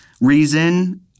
Reason